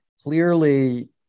clearly